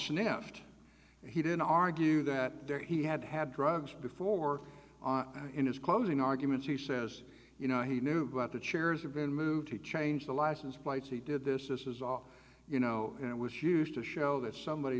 sniffed he didn't argue that there he had had drugs before in his closing arguments he says you know he knew about the chairs had been moved to change the license plates he did this this is all you know and it was used to show that somebody